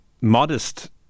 modest